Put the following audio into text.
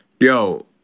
Yo